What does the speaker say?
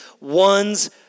one's